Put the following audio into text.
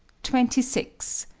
twenty six.